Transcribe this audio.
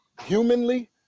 humanly